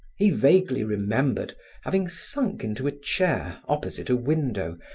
he vaguely remembered having sunk into a chair opposite a window,